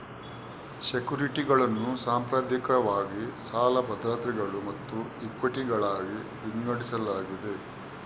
ಸೆಕ್ಯುರಿಟಿಗಳನ್ನು ಸಾಂಪ್ರದಾಯಿಕವಾಗಿ ಸಾಲ ಭದ್ರತೆಗಳು ಮತ್ತು ಇಕ್ವಿಟಿಗಳಾಗಿ ವಿಂಗಡಿಸಲಾಗಿದೆ